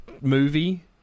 movie